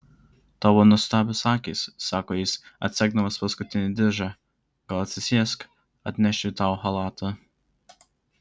tavo nuostabios akys sako jis atsegdamas paskutinį diržą gal atsisėsk atnešiu tau chalatą